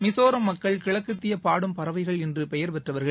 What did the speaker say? மிசோராம் மக்கள் கிழக்கத்திய பாடும் பறவைகள் என்று பெயர் பெற்றவர்கள்